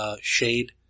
Shade